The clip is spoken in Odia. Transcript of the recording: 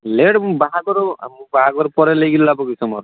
ଲେଟ୍ ମୁଁ ବାହାଘର ଆଉ ମୁଁ ବାହାଘର ପରେ ନେଇକି ଲାଭ କିସ ମୋର